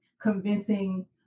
convincing